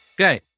Okay